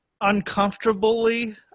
Uncomfortably